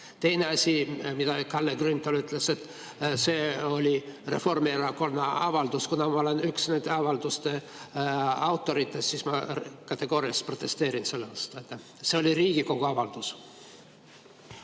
Teine asi, mida Kalle Grünthal ütles, et see oli Reformierakonna avaldus. Kuna ma olen üks selle avalduse autoritest, siis ma kategooriliselt protesteerin selle vastu: see oli Riigikogu avaldus.